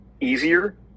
easier